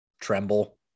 tremble